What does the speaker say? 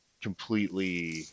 completely